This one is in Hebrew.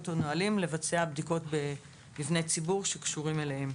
או נהלים לבצע בדיקות במבני ציבור שקשורים אליהם.